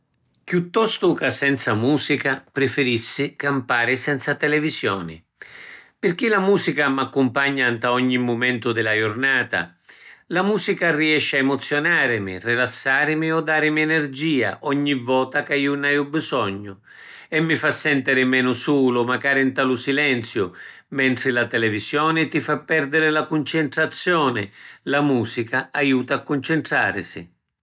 Chiuttostu ca senza musica, prifirissi campari senza televisioni pirchì la musica m’accumpagna nta ogni mumentu di la jurnata. La musica rinesci a emozionarimi, rilassarimi o darimi enirgia ogni vota ca ju n’aju bisognu. E mi fa sentiri menu sulu macari nta lu silenziu. Mentri la televisioni ti fa perdiri la cuncintrazioni, la musica aiuta a cuncintrarisi.